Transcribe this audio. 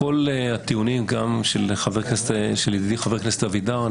מהטיעונים של ידידי חבר הכנסת אבידר,